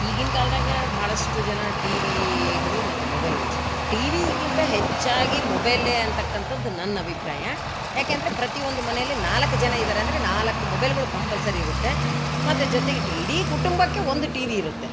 ಈಗಿನ ಕಾಲದಾಗ ಭಾಳಷ್ಟು ಜನ ಟಿವಿಗಳು ಮತ್ತು ಮೊಬೈಲ್ಗಳು ಟಿವಿಗಿಂತ ಹೆಚ್ಚಾಗಿ ಮೊಬೈಲೆ ಅಂತಕಂಥದ್ದು ನನ್ನ ಅಭಿಪ್ರಾಯ ಯಾಕೆಂದ್ರೆ ಪ್ರತಿಯೊಂದು ಮನೆಲ್ಲಿ ನಾಲ್ಕು ಜನ ಇದ್ದಾರೆ ಅಂದರೆ ನಾಲ್ಕು ಮೊಬೈಲ್ಗಳು ಕಂಪಲ್ಸರಿ ಇರುತ್ತೆ ಮತ್ತು ಜೊತೆಗೆ ಇಡೀ ಕುಟುಂಬಕ್ಕೆ ಒಂದು ಟಿ ವಿ ಇರುತ್ತೆ